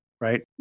Right